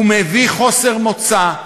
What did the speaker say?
הוא מביא חוסר מוצא,